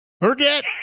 Forget